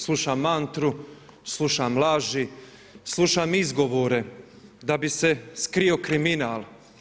Slušam mantru, slušam laži, slušam izgovore da bi se skrio kriminal.